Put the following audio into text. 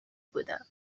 بودم